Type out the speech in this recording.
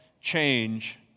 change